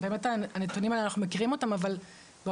אנחנו מכירים את הנתונים האלה אבל בעולם